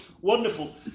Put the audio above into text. wonderful